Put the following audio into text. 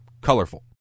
colorful